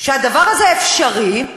שהדבר הזה אפשרי,